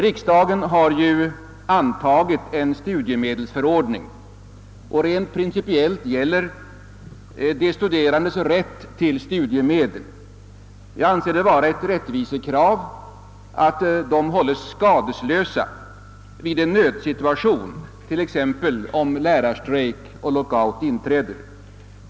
Riksdagen har antagit en studiemedelsförordning, enligt vilken det rent principiellt gäller att de studerande har rätt till studiemedel. Jag anser det vara ett rättvisekrav att de studerande hålls skadeslösa i en nödsituation, t.ex. om lärarstrejk och lockout inträder.